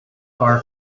far